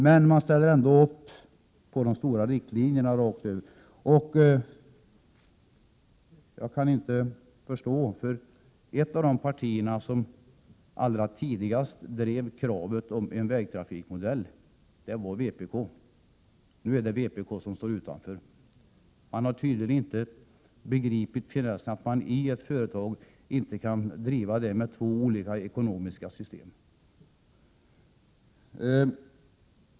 Men man ställer ändå upp på de stora riktlinjerna rakt över. Ett av de partier som allra tidigast drev kravet om en vägtrafikmodell var vpk. Nu är det vpk som ställt sig utanför. Vpk har tydligen inte begripit att man inte kan driva ett företag med två olika ekonomiska system.